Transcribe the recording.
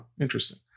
interesting